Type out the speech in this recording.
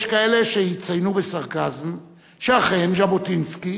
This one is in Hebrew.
יש כאלה שיציינו בסרקזם שאכן ז'בוטינסקי